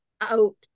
out